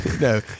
No